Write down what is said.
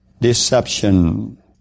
deception